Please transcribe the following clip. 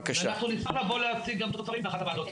נשמח לבוא ולהציג את התוצרים באחת הוועדות.